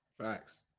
Facts